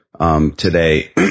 today